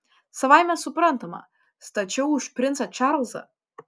savaime suprantama stačiau už princą čarlzą